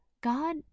God